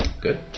Good